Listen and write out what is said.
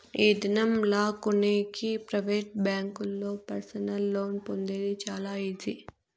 ఈ దినం లా కొనేకి ప్రైవేట్ బ్యాంకుల్లో పర్సనల్ లోన్ పొందేది చాలా ఈజీ